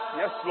yes